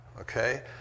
Okay